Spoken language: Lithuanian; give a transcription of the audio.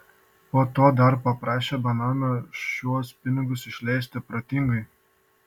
po to dar paprašė benamio šiuos pinigus išleisti protingai